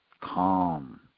calm